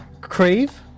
Crave